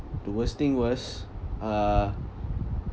the worst thing was uh